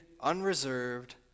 unreserved